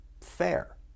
fair